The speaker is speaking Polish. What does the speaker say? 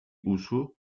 uszu